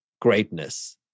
greatness